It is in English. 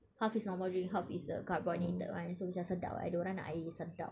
half is normal drink half is err carbonated one so macam sedap ada orang nak ada air sedap